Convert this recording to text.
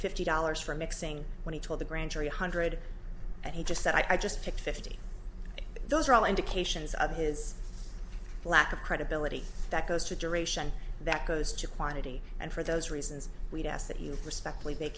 fifty dollars for mixing when he told the grand jury hundred and he just said i just picked fifty those are all indications of his lack of credibility that goes to duration that goes to quantity and for those reasons we've asked that you respectfully